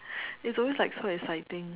it's always like so exciting